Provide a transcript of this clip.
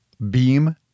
Beam